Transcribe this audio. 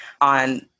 on